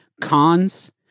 Cons